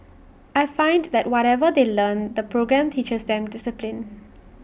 I find that whatever they learn the programme teaches them discipline